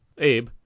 Abe